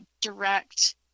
direct